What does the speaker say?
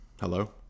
Hello